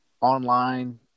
online